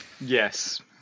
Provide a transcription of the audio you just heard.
Yes